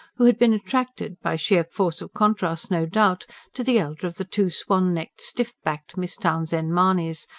who had been attracted by sheer force of contrast, no doubt to the elder of the two swan-necked, stiff-backed miss townshend-mahonys,